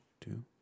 two